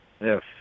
Yes